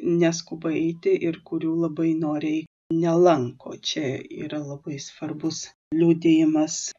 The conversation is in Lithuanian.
neskuba eiti ir kurių labai noriai nelanko čia yra labai svarbus liudijimas